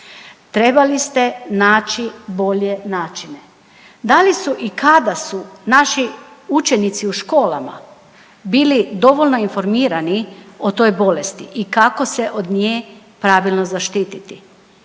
Trebali ste naći bolje načine. Da li su i kada su naši učenici u školama bili dovoljno informirani o toj bolesti i kako se od nje pravilno zaštititi?